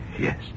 Yes